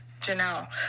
Janelle